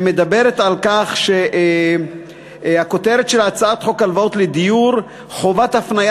שמדברת על כך שהכותרת של הצעת חוק הלוואות לדיור (חובת הפניה